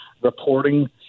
reporting